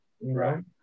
right